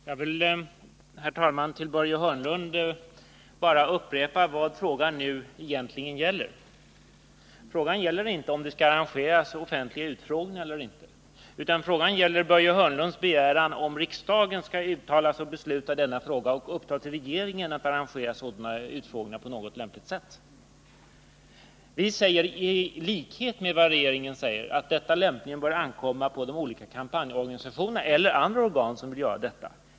Herr talman! Jag vill för Börje Hörnlund bara upprepa vad frågan nu egentligen gäller. Frågan gäller ju inte om det skall arrangeras offentliga utskottsutfrågningar eller inte, utan frågan gäller Börje Hörnlunds begäran att riksdagen skall uttala sig i denna fråga och besluta att uppdra åt regeringen att arrangera sådana utfrågningar på något lämpligt sätt. Vi säger i likhet med regeringen att detta bör ankomma på de olika kampanjorganisationerna eller andra organ som vill göra det.